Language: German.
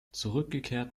zurückgekehrt